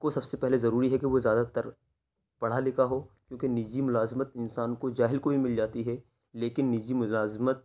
کو سب سے پہلے ضروری ہے کہ زیادہ تر پڑھا لکھا ہو کیوں کہ نجی ملازمت انسان کو جاہل کو بھی مل جاتی ہے لیکن نجی ملازمت